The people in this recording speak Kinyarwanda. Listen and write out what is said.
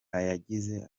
yagize